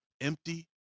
empty